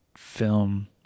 film